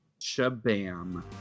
Shabam